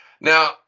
Now